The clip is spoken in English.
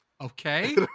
Okay